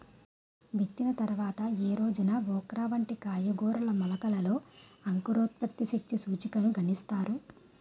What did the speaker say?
విత్తిన తర్వాత ఏ రోజున ఓక్రా వంటి కూరగాయల మొలకలలో అంకురోత్పత్తి శక్తి సూచికను గణిస్తారు?